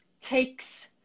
takes